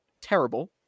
terrible